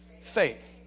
faith